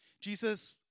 Jesus